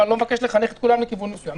ואני לא מבקש לחנך את כולם לכיוון מסוים.